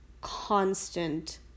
constant